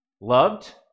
loved